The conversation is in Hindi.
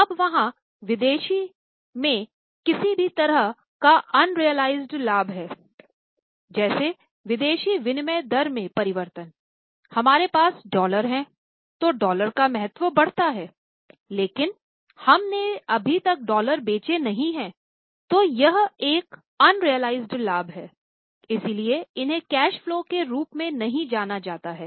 अब वहाँ विदेशी में किसी भी तरह का ऊंरेअलीज़ेड में समेट दिया जाएगा